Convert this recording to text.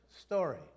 story